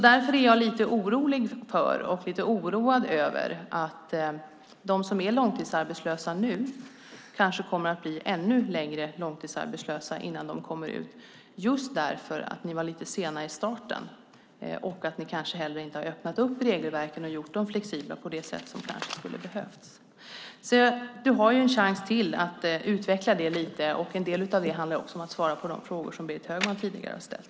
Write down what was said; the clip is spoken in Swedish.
Därför är jag lite orolig för att de som nu är långtidsarbetslösa nu kanske kommer att bli långtidsarbetslösa ännu längre innan de kommer ut just därför att ni var lite sena i starten och kanske heller inte öppnat regelverken och gjorde dem flexibla på det sätt som kanske behövts. Du har en chans till att utveckla det lite. En del av det handlar också om att svara på de frågor som Berit Högman tidigare ställt.